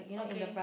okay